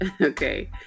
Okay